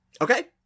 Okay